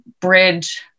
bridge